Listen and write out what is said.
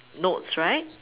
notes right